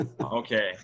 Okay